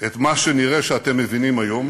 את מה שנראה שאתם מבינים היום,